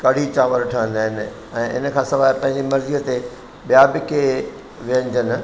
कढ़ी चांवर ठहंदा आहिनि ऐं इन खां सवाइ पंहिंजी मरज़ीअ ते ॿिया बि के व्यंजन